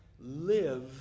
live